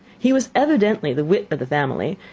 he was evidently the wit of the family,